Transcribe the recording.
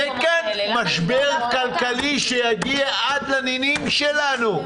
יהיה כאן משבר כלכלי שיגיע עד לנינים שלנו,